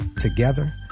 Together